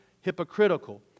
hypocritical